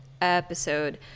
episode